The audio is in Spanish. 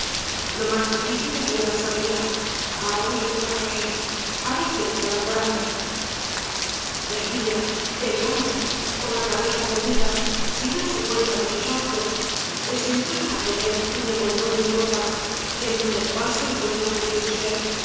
lo más difícil había pasado ya ahora le tocaba á él a ver si mostraba coraje la tía temblando con la cabeza perdida sin darse cuenta de sus actos presentaba á tonet un v blasoo ibáñbz envoltorio de ropas dentro del cual se revolvía un pequeño ser